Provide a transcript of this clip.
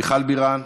מיכל בירן.